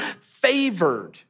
favored